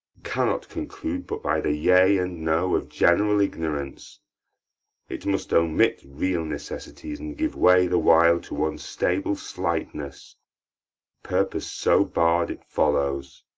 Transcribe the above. cannot conclude but by the yea and no of general ignorance it must omit real necessities, and give way the while to unstable slightness purpose so barr'd, it follows,